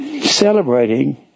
celebrating